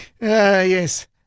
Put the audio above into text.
Yes